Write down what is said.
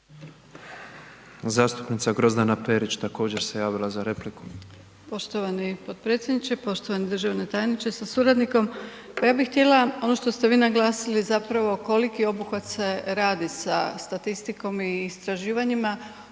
Zastupnica Grozdana Perić također se javila za repliku.